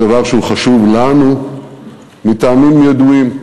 זה דבר שהוא חשוב לנו מטעמים ידועים,